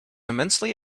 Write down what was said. immensely